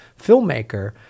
filmmaker